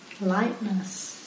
Lightness